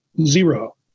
Zero